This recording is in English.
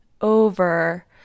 over